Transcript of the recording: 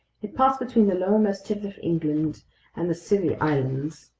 it passed between the lowermost tip of england and the scilly islands,